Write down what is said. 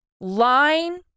line